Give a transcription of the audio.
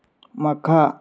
ꯃꯈꯥ